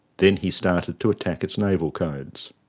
then he started to attack its naval codes.